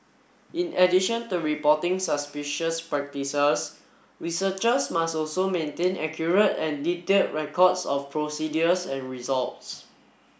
in addition to reporting suspicious practices researchers must also maintain accurate and detailed records of procedures and results